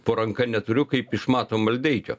po ranka neturiu kaip iš mato maldeikio